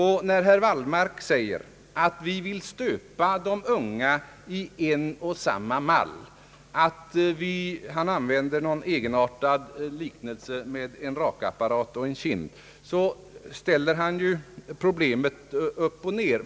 Herr Wallmark säger att vi vill stöpa de unga i samma form och använder en egenartad liknelse om en rakapparat och en kind. Men herr Wallmark ställer problemet upp och ned.